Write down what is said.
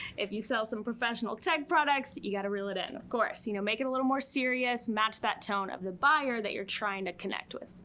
if you sell some professional tech products, you gotta reel it in, of course. you know make it a little more serious. match that tone of the buyer that you're trying to connect with.